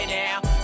now